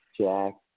Jack